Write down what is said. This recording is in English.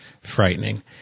frightening